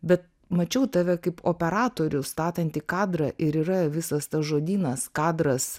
bet mačiau tave kaip operatorių statantį kadrą ir yra visas tas žodynas kadras